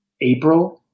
April